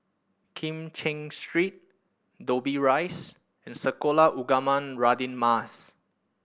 Kim Cheng Street Dobbie Rise and Sekolah Ugama Radin Mas